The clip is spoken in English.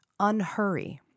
unhurry